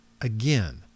again